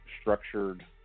structured